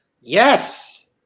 Yes